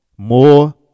More